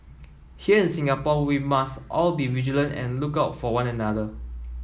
here in Singapore we must all be vigilant and look out for one another